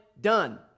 done